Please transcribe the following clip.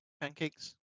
pancakes